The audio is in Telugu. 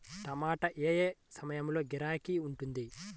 టమాటా ఏ ఏ సమయంలో గిరాకీ ఉంటుంది?